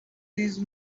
these